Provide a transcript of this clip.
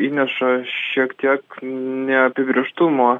įneša šiek tiek neapibrėžtumo